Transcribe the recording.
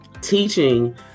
teaching